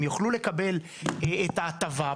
הם יוכלו לקבל את ההטבה,